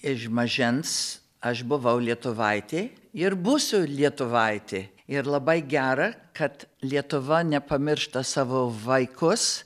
iš mažens aš buvau lietuvaitė ir būsiu lietuvaitė ir labai gera kad lietuva nepamiršta savo vaikus